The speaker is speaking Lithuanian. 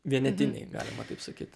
vienetiniai galima taip sakyt